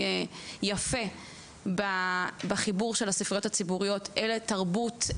יפה בחיבור של הספריות הציבוריות אל התרבות,